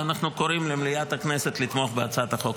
ואנחנו קוראים למליאת הכנסת לתמוך בהצעת החוק.